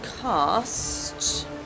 cast